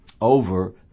over